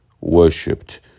worshipped